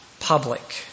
public